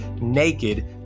naked